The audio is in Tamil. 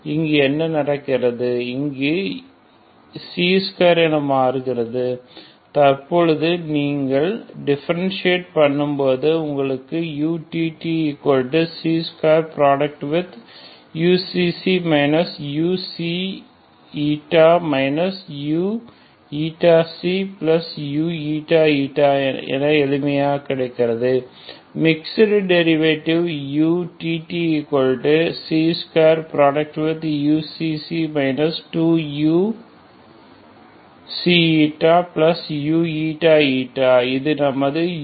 இங்கு என்ன நடக்கிறதுஇது c2 என மாறுகிறது தற்பொழுது நீங்கள் டிபன்றன்ஷியெட் பன்னும் போது உங்களுக்கு uttc2uξξ uξη uηξuηη எளிமையாக கிடைக்கிறது மிக்ஸ்ட் டெரிவடிவ் uttc2uξξ 2uξηuηη இது நமது utt